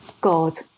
God